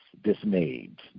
Dismayed